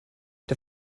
der